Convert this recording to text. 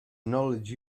knowledge